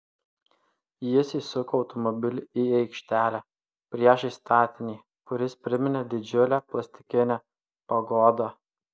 jis įsuko automobilį į aikštelę priešais statinį kuris priminė didžiulę plastikinę pagodą